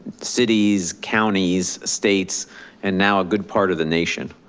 cities, counties, states and now a good part of the nation.